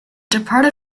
departed